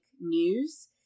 news